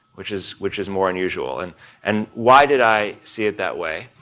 which is which is more unusual. and and why did i see it that way?